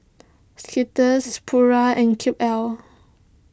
Skittles Pura and Cube L